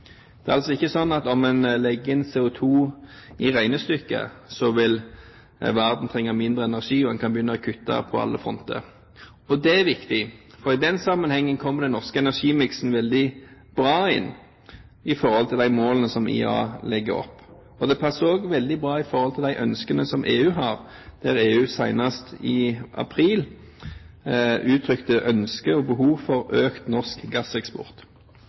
Det er altså ikke slik at om en legger inn CO2 i regnestykket, vil verden trenge mindre energi, og en kan begynne å kutte på alle fronter. Det er viktig, og i den sammenheng kommer den norske energimiksen veldig bra inn i forhold til de målene som IEA legger opp. Det passer også veldig bra i forhold til de ønskene som EU har, EU gav senest i april uttrykk for ønske om og behov for økt norsk gasseksport.